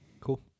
cool